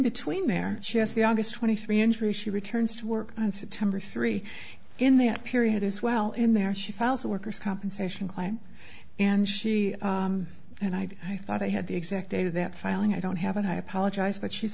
between there she has the august twenty three entry she returns to work on september three in the period as well in there she files a worker's compensation claim and she and i thought i had the exact date of that filing i don't have and i apologize but she's